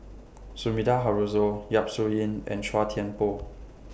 Sumida Haruzo Yap Su Yin and Chua Thian Poh